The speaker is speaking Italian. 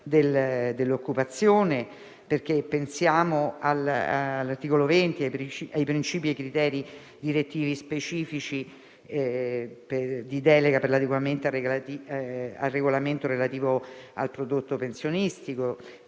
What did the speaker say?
dell'occupazione. Pensiamo all'articolo 20 e ai principi e ai criteri direttivi specifici di delega per l'adeguamento al regolamento relativo al prodotto pensionistico,